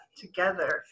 together